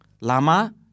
Lama